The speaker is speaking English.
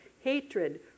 hatred